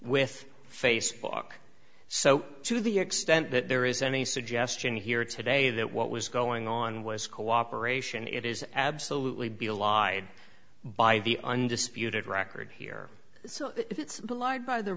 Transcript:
with facebook so to the extent that there is any suggestion here today that what was going on was cooperation it is absolutely be a lie by the undisputed record here so it's belied by the